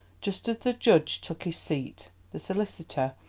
just as the judge took his seat, the solicitor,